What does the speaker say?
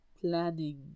planning